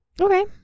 okay